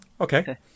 Okay